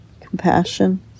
compassion